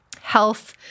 health